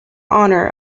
honour